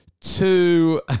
two